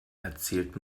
erzählt